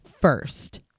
first